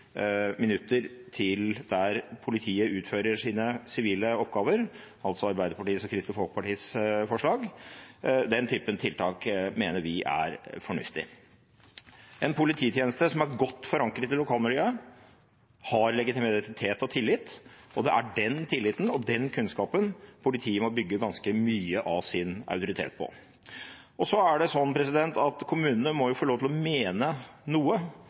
minutter til der politiet utfører sine sivile oppgaver, altså Arbeiderpartiet og Kristelig Folkepartis forslag. Den typen tiltak mener vi er fornuftig. En polititjeneste som er godt forankret i lokalmiljøet, har legitimitet og tillit, og det er den tilliten og den kunnskapen politiet må bygge ganske mye av sin autoritet på. Så må jo kommunene få lov til å mene noe